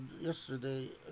yesterday